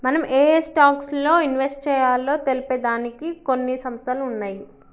మనం ఏయే స్టాక్స్ లో ఇన్వెస్ట్ చెయ్యాలో తెలిపే దానికి కొన్ని సంస్థలు ఉన్నయ్యి